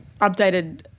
updated